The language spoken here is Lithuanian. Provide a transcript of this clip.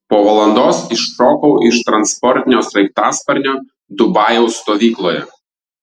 po valandos iššokau iš transportinio sraigtasparnio dubajaus stovykloje